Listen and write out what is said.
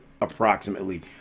approximately